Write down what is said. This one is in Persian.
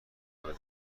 دادم